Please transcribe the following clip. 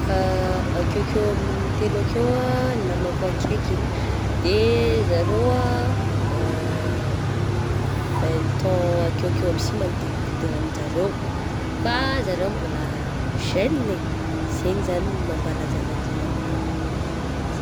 Akeokeo amin'ny telo akeo ah namako akaiky, de zareo vingt ans akeokeo aby sy manodididigna anjareo, fa zareo mbola jeune eh, zay zany no mampalaza azy manokana, malaza ah.